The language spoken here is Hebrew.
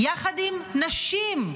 יחד עם נשים,